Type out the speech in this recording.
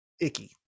icky